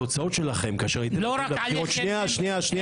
קצת צניעות לא תזיק לכם בטח כמה שבועות אחרי הבחירות שבהן הובסתם.